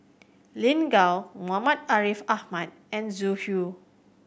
Lin Gao Muhammad Ariff Ahmad and Zhu Xu